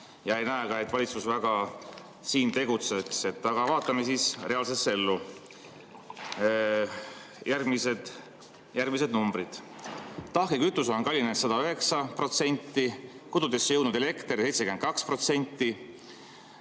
ja ei näe ka, et valitsus siin väga tegutseks. Aga vaatame reaalsesse ellu. Järgmised numbrid: tahke kütus on kallinenud 109%, kodudesse jõudnud elekter 72%,